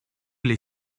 les